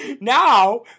Now